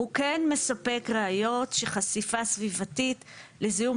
הוא כן מספק ראיות של חשיפה סביבתית לזיהום